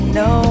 no